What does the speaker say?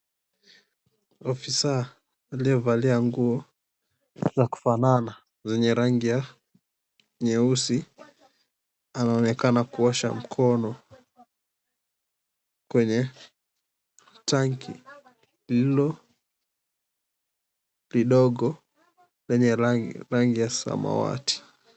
Ofisa aliyevalia nguo za kufanana zenye rangi ya nyeusi anaonekana kuosha mkono kwenye tanki lililo lidogo lenye rangi ya samawati.